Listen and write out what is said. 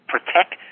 Protect